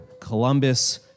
Columbus